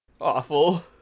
Awful